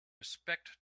respect